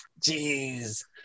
Jeez